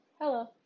Hello